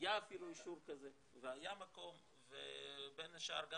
היה אפילו אישור כזה והיה מקום ובין השאר גם